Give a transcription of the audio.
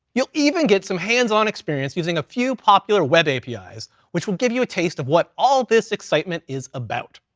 you'll even get some hands on experience using a few popular web api's which will give you a taste of what all this excitement is about.